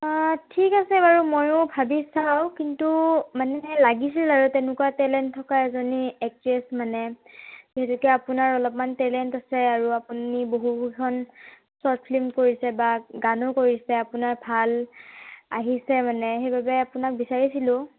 অ' ঠিক আছে বাৰু ময়ো ভাবি চাওঁ কিন্তু মানে লাগিছিল আৰু তেনেকুৱা টেলেণ্ট থকা এজনী এক্ট্ৰেছ মানে যিহেতু আপোনাৰ অলপমান টেলেণ্ট আছে আৰু আপুনি বহুকেইখন শ্বৰ্ট ফিল্ম কৰিছে বা গানো কৰিছে আপোনাৰ ভাল আহিছে মানে সেইবাবে আপোনাক বিচাৰিছিলোঁ